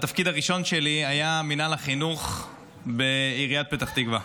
התפקיד הראשון שלי היה במינהל החינוך בעיריית פתח תקווה.